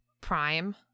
Prime